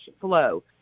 flow